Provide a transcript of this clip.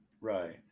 Right